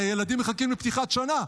הרי הילדים מחכים לפתיחת שנה.